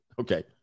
Okay